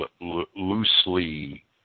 loosely